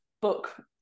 book